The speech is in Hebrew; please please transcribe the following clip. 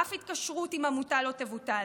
אף התקשרות עם עמותה לא תבוטל,